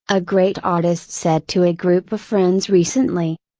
a great artist said to a group of friends recently.